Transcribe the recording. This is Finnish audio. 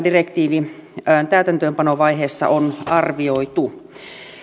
direktiivin täytäntöönpanovaiheessa on arvioitu